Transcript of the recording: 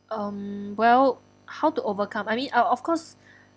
um well how to overcome I mean uh of course